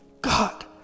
God